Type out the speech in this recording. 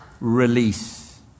release